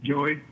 Joey